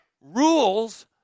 rules